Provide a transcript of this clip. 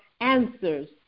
answers